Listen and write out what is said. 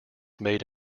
made